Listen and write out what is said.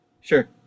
Sure